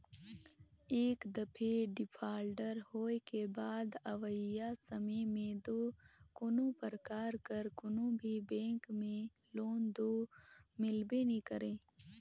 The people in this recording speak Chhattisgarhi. एक दफे डिफाल्टर होए के बाद अवइया समे में दो कोनो परकार कर कोनो भी बेंक में लोन दो मिलबे नी करे